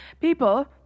people